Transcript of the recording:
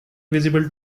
visible